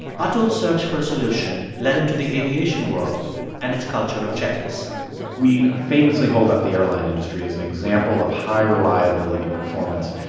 atul's search for a solution led him to the aviation world and its culture of checklists we famously hold up the airline industry as an example of high reliability performance.